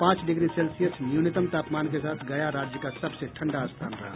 पांच degree Celsius न्यूनतम तापमान के साथ गया राज्य का सबसे ठंडा स्थान रहा